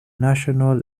national